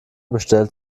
bestellt